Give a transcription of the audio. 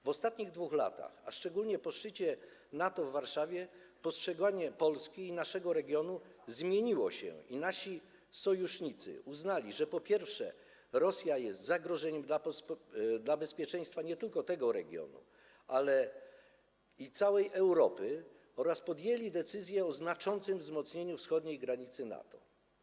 W ostatnich 2 latach, a szczególnie po szczycie NATO w Warszawie, postrzeganie Polski i naszego regionu zmieniło się i nasi sojusznicy uznali, po pierwsze, że Rosja jest zagrożeniem dla bezpieczeństwa nie tylko tego regionu, ale i całej Europy, oraz podjęli decyzję o znaczącym wzmocnieniu wschodniej granicy NATO.